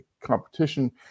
competition